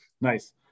nice